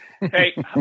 Hey